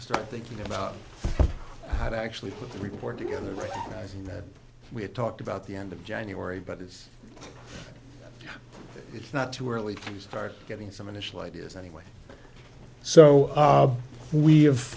start thinking about how to actually put the record together right thing that we had talked about the end of january but it's it's not too early to start getting some initial ideas anyway so we have